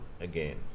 again